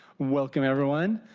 welcome everyone.